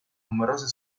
numerose